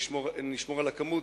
נשמור על המספר,